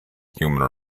human